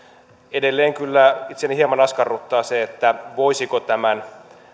edelleen kyllä itseäni hieman askarruttaa se voisiko tämän